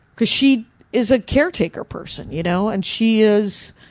because she is a caretaker person, you know. and she is,